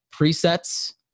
presets